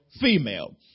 female